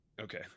Okay